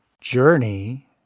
journey